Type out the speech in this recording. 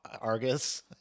Argus